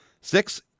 Six